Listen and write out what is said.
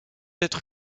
être